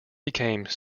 became